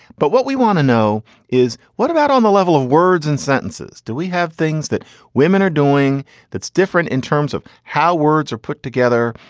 but what we want to know is what about on the level of words and sentences? do we have things that women are doing that's different in terms of how words are put together,